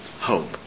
hope